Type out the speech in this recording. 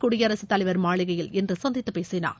குடியரசுத்தலைவா் மாளிகையில் இன்று சந்தித்து பேசினார்